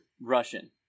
russian